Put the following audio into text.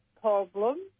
problems